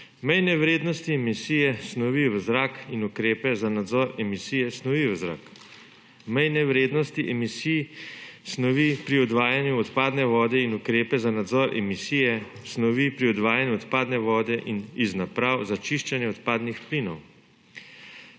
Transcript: mejne vrednosti emisije snovi v zrak in ukrepe za nadzor emisije snovi v zrak, mejne vrednosti emisij snovi pri odvajanju odpadne vode in ukrepe za nadzor emisije snovi pri odvajanju odpadne vode iz naprav za čiščenje odpadnih plinov,